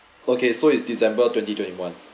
okay so is december twenty twenty one